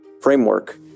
framework